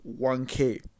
1k